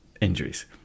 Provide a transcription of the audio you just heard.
injuries